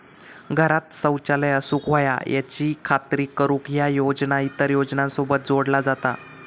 घरांत शौचालय असूक व्हया याची खात्री करुक ह्या योजना इतर योजनांसोबत जोडला जाता